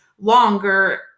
longer